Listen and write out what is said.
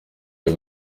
iyo